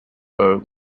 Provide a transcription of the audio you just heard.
boat